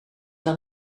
wel